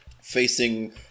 facing